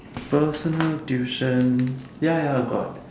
personal tuition ya ya got